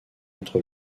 entre